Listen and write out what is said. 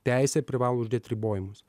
teisė privalo uždėt ribojimus